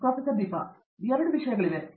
ದೀಪಾ ವೆಂಕಟೇಶ್ ಆದ್ದರಿಂದ 2 ವಿಷಯಗಳಿವೆ